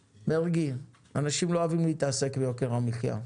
מרגי, אנשים לא אוהבים להתעסק ביוקר המחיה.